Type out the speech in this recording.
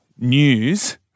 news